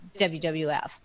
WWF